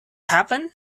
happen